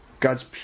God's